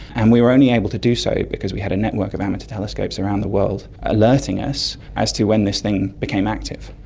and we were only able to do so because we had a network of amateur telescopes around the world alerting us as to when this thing became active,